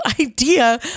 idea